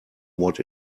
what